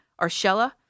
Arshella